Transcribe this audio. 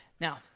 Now